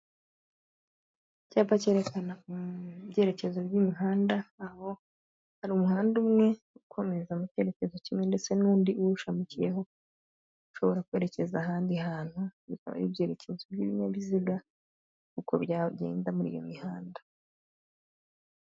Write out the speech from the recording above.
Icyapa cyerekana ibyerekezo by'imihanda, aho hari umuhanda umwe ukomeza mu cyerekezo kimwe ndetse n'undi uwushamikiyeho ushobora kwerekeza ahandi hantu, bikaba ari ibyerekezo by'ibinyabiziga, uko byagenda muri iyo mihanda.